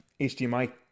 HDMI